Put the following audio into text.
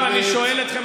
עכשיו אני שואל אתכם,